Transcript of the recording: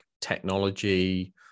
technology